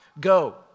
Go